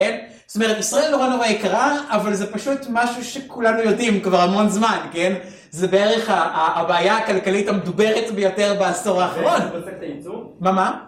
זאת אומרת, ישראל נורא נורא יקרה, אבל זה פשוט משהו שכולנו יודעים כבר המון זמן, כן? זה בערך הבעיה הכלכלית המדוברת ביותר בעשור האחרון. ואספקט הייצוא? מה מה?